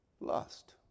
Lust